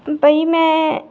ਬਈ ਮੈਂ